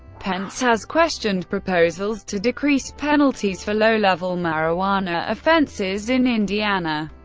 pence has questioned proposals to decrease penalties for low-level marijuana offenses in indiana,